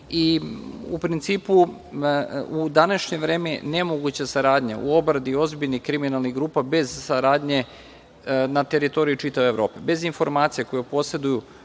U principu i današnje vreme je nemoguća saradnja u obradi ozbiljnih kriminalnih grupa bez saradnje na teritoriji čitave Evrope. Bez informacija koje poseduju,